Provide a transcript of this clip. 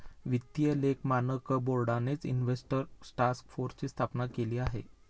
वित्तीय लेख मानक बोर्डानेच इन्व्हेस्टर टास्क फोर्सची स्थापना केलेली आहे